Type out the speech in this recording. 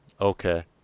Okay